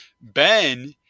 Ben